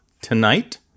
Tonight